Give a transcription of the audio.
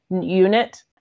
unit